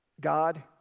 God